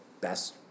best